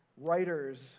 writers